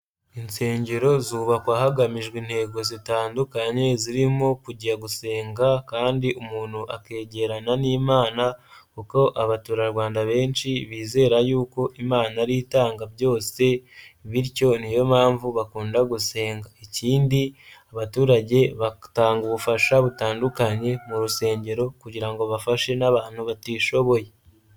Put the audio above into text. Insengero zubakwa hagamijwe intego zitandukanye zirimo kujya gusenga kandi umuntu akegerana n'imana, kuko abatura Rwanda benshi bizera y'uko imana ariyo itanga byose bityo niyo mpamvu bakunda gusenga, ikindi abaturage batanga ubufasha butandukanye mu rusengero kugira ngo bafashe n'abantu batishoboye.